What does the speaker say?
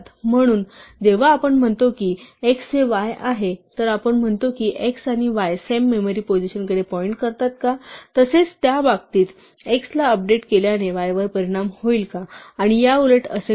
म्हणून जेव्हा आपण म्हणतो की x हे y आहे तर आपण असे म्हणतो की x आणि y सेम मेमरी पोझिशनकडे पॉईंट करतात का तसेच त्या बाबतीत x ला अपडेट केल्याने y वर परिणाम होईल का आणि याउलट तसे घडेल का